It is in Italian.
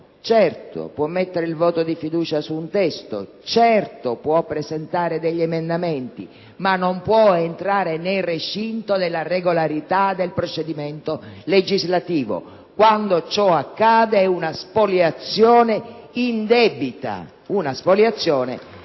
può chiedere il voto di fiducia su un testo, certamente può presentare emendamenti, ma non può entrare nel recinto della regolarità del procedimento legislativo. Quando ciò accade è una spoliazione indebita. *(Applausi dal